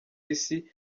isi